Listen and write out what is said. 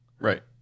Right